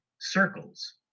circles